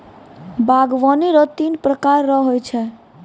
बागवानी रो तीन प्रकार रो हो छै